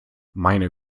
meine